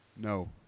No